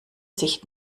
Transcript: sich